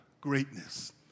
greatness